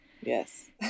Yes